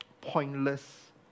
pointless